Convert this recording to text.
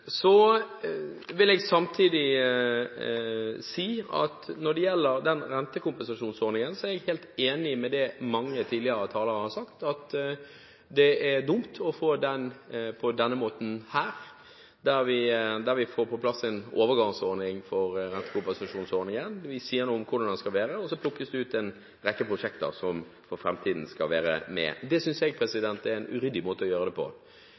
Så vil jeg samtidig si at når det gjelder rentekompensasjonsordningen, er jeg helt enig i det mange tidligere talere har sagt, at det er dumt å få den på denne måten her, der vi får på plass en overgangsordning for rentekompensasjonsordningen. Vi sier noe om hvordan den skal være, og så plukkes det ut en rekke prosjekter som for framtiden skal være med. Det synes jeg er en uryddig måte å gjøre det på.